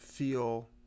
Feel